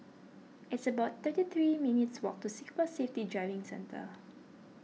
it's about thirty three minutes' walk to Singapore Safety Driving Centre